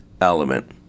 element